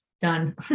Done